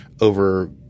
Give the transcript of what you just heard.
over